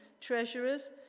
treasurers